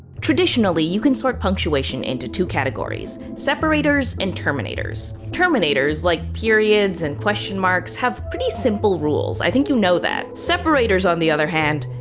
traditionally, you can sort punctuation into two categories, separators and terminators. terminators like periods and question marks, have pretty simple rules, i think you know that. separators on the other hand,